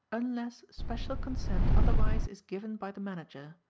unless special consent otherwise is given by the manager,